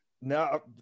No